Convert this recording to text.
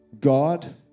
God